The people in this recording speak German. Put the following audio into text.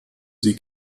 sie